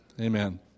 Amen